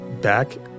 back